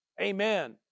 Amen